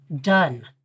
done